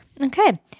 Okay